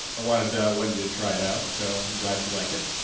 ah wanted wendy to try it out so i'm glad she liked it.